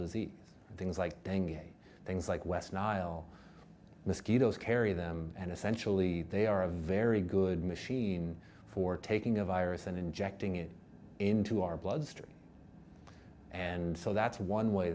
disease and things like hanging things like west nile mosquitoes carry them and essentially they are a very good machine for taking a virus and injecting it into our bloodstream and so that's one way